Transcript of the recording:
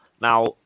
Now